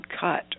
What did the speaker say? cut